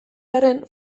arren